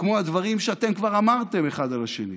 כמו הדברים שאתם כבר אמרתם אחד על השני